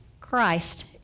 Christ